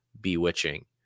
bewitching